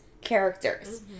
characters